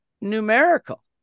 numerical